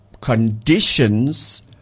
conditions